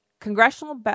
Congressional